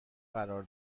قرار